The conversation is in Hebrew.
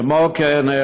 כמו כן,